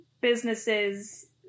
businesses